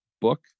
book